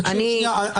תקשיבי שנייה,